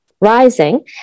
rising